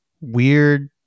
weird